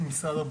שלום